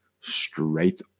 straight